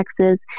Texas